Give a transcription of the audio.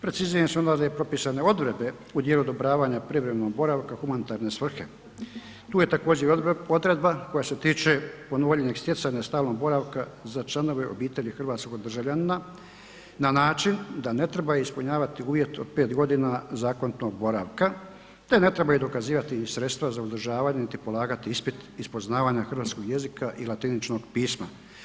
Precizirane su onda i propisane odredbe u dijelu odobravanja privremenog boravka u humanitarne svrhe, tu je također i odredba koja se tiče povoljnijeg stjecanja stalnog boravka za članove obitelji hrvatskog državljanina na način da ne treba ispunjavati uvjet od 5.g. zakonitog boravka, te ne treba i dokazivati i sredstva za uzdržavanje, niti polagati ispit iz poznavanja hrvatskog jezika i latiničnog pisma.